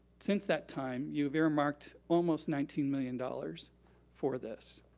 since that time, you've earmarked almost nineteen million dollars for this.